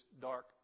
dark